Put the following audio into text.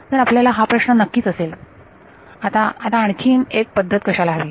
तर आपल्याला हा प्रश्न नक्कीच असेल आता आता आणखीन एक पद्धत कशाला हवी